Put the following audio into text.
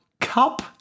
Cup